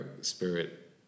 spirit